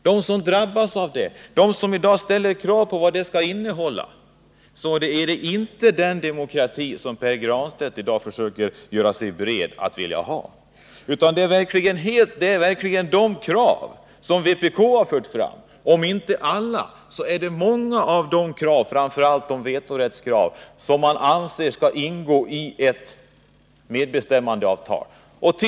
De som drabbas av det och som i dag ställer krav på innehållet vill inte ha den demokrati som Pär Granstedt i dag försöker göra sig bred över och säger att han vill ha, utan de vill ha de krav tillgodosedda som vpk har fört fram. Många av de kraven, framför allt kravet på vetorätt, är sådana som man anser skall ingå i ett medbestämmandeavtal. T. o. m.